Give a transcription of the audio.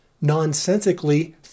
nonsensically